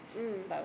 mm